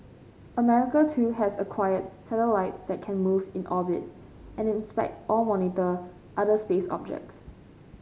America too has acquired satellite that can move in orbit and inspect or monitor other space objects